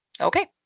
Okay